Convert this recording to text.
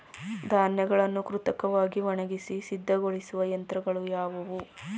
ಧಾನ್ಯಗಳನ್ನು ಕೃತಕವಾಗಿ ಒಣಗಿಸಿ ಸಿದ್ದಗೊಳಿಸುವ ಯಂತ್ರಗಳು ಯಾವುವು?